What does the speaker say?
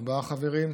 ארבעה חברים,